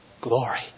glory